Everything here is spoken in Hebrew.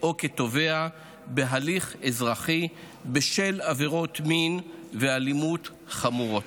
או כתובע בהליך אזרחי בשל עבירות מין ואלימות חמורות,